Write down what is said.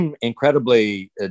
incredibly